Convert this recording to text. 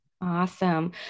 Awesome